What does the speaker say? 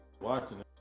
watching